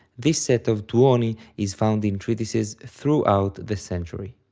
this set of tuoni is found in treatises throughout the century.